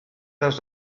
das